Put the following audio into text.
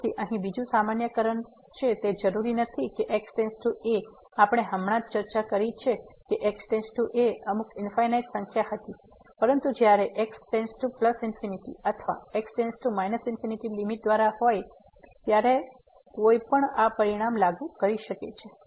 તેથી અહીં બીજું સામાન્યકરણ તે જરૂરી નથી કે x → a આપણે હમણાં જ ચર્ચા કરી છે કે x → a અમુક ફાઈનાઈટ સંખ્યા હતી પરંતુ જ્યારે x →∞ અથવા x →∞ લીમીટ હોય ત્યારે કોઈ પણ આ પરિણામ લાગુ કરી શકે છે